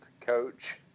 coach